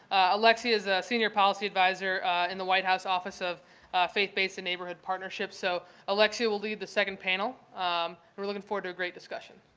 alexia is a senior policy adviser in the white house office of faith-based and neighborhood partnerships. so alexia will lead the second panel um and we're looking forward to a great discussion.